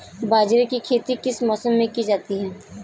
बाजरे की खेती किस मौसम में की जाती है?